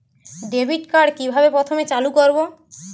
Debit card কিভাবে প্রথমে চালু করব?